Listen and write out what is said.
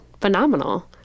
phenomenal